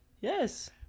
yes